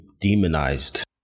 demonized